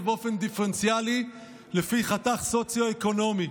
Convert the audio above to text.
באופן דיפרנציאלי לפי חתך סוציו-אקונומי.